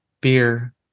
beer